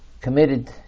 committed